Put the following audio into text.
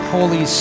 Holy